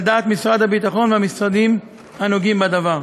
על דעת משרד הביטחון והמשרדים הנוגעים בדבר.